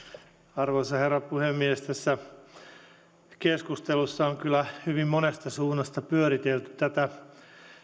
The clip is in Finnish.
arvoisa herra puhemies tässä keskustelussa on kyllä hyvin monesta suunnasta pyöritelty tätä